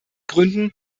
gründen